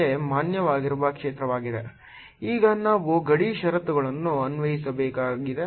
E 14π0 q2 yjzk diy2z2d232 for x≤0 ಈಗ ನಾವು ಗಡಿ ಷರತ್ತುಗಳನ್ನು ಅನ್ವಯಿಸಬೇಕಾಗಿದೆ